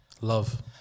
Love